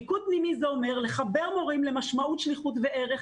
מיקוד פנימי זה אומר לחבר מורים למשמעות של שליחות וערך.